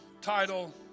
title